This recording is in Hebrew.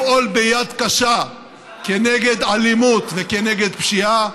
לפעול ביד קשה נגד אלימות ונגד פשיעה,